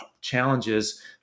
challenges